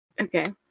Okay